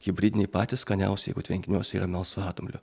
hibridiniai patys skaniausi jeigu tvenkiniuose yra melsvadumblių